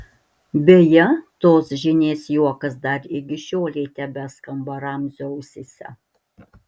beje tos žynės juokas dar iki šiolei tebeskamba ramzio ausyse